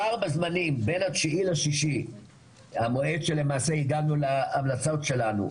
הפער בזמנים בין ה- 2.6 המועד שלמעשה הגענו להמלצות שלנו,